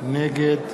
נגד